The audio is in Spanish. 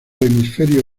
hemisferio